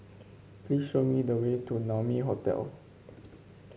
please show me the way to Naumi Hotel